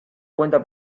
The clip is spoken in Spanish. cuenta